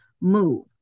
move